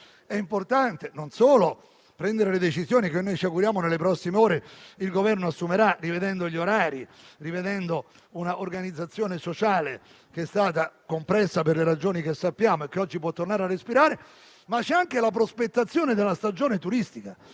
è importante prendere le decisioni che noi ci auguriamo il Governo assumerà nelle prossime ore, rivedendo gli orari e una organizzazione sociale che è stata compressa per le ragioni che conosciamo e che oggi può tornare a respirare; ma c'è anche la prospettazione della stagione turistica.